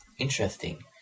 interesting